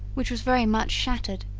which was very much shattered,